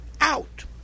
out